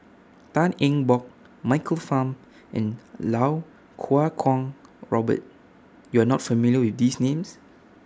Tan Eng Bock Michael Fam and Lau Kuo Kwong Robert YOU Are not familiar with These Names